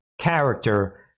character